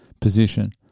position